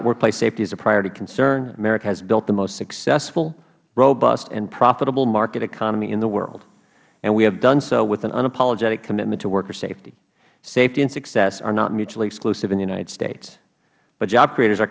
it workplace safety is a priority concern america has built the most successful robust and profitable market economy in the world and we have done so with an unapologetic commitment to worker safety safety and success are not mutually exclusive in the united states but job creators are